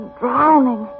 drowning